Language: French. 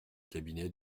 cabinet